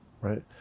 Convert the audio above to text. right